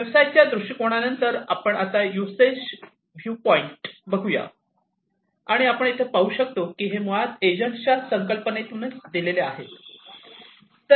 व्यवसायाच्या दृष्टिकोनानंतर आता आपण युसेस व्यू पॉइंट बघूया आणि आपण येथे पाहु शकतो की हे मुळात एजंट्सच्या संकल्पनेतूनच दिलेले आहे